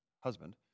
husband